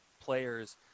players